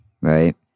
right